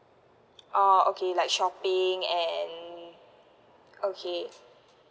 oh okay like shopping and okay